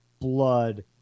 blood